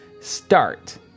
start